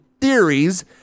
theories